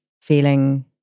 feeling